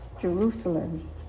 Jerusalem